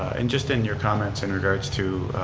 and just in your comments in regards to